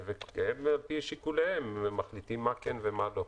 והם על פי שיקוליהם מחליטים מה כן ומה לא.